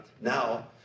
now